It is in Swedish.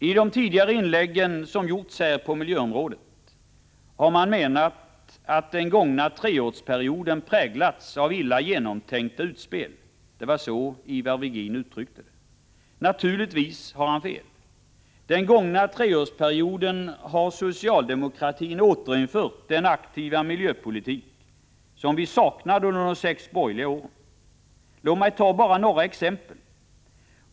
I tidigare inlägg på miljöområdet som gjorts här har man menat att den gångna treårsperioden präglats av illa genomtänkta utspel. Det var så Ivar Virgin uttryckte det. Naturligtvis har han fel. Under den gångna treårsperioden har socialdemokratin återinfört den aktiva miljöpolitik som vi saknade under de sex borgerliga åren. Låt mig ta några exempel.